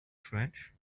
french